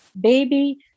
baby